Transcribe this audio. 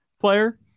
Player